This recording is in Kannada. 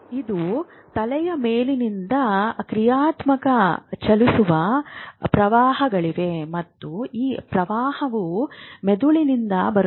ಇದು ತಲೆಯ ಮೇಲ್ಮೈಯಿಂದ ಕ್ರಿಯಾತ್ಮಕ ಚಲಿಸುವ ಪ್ರವಾಹವಾಗಿದೆ ಮತ್ತು ಈ ಪ್ರವಾಹವು ಮಿದುಳಿನಿಂದ ಬರುತ್ತಿದೆ